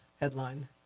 headline